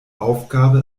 aufgabe